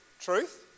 truth